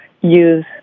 use